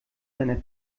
seiner